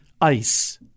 ice